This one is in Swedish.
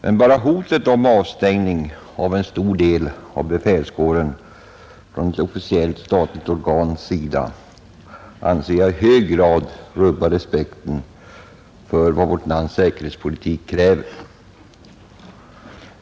Men bara hotet om avstängning av en stor del av befälskåren från ett officiellt statligt organs sida anser jag i hög grad rubba respekten för vårt lands säkerhetspolitik.